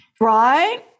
right